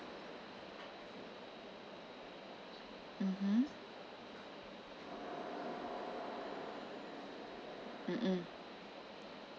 mmhmm mm mm